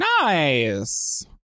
nice